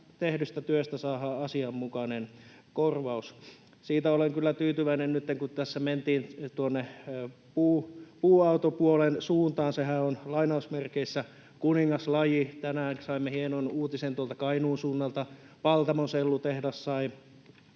tehdystä työstä saadaan asianmukainen korvaus. Siitä olen kyllä tyytyväinen nyt, että tässä mentiin tuonne puuautopuolen suuntaan, sehän on ”kuningaslaji”. Tänään saimme hienon uutisen tuolta Kainuun suunnalta. Paltamon sellutehdas sai